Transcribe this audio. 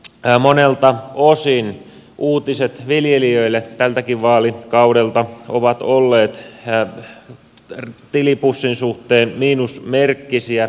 valitettavasti monelta osin uutiset viljelijöille tältäkin vaalikaudelta ovat olleet tilipussin suhteen miinusmerkkisiä